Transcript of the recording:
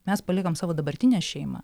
mes paliekam savo dabartinę šeimą